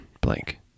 blank